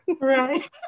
Right